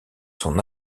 son